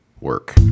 work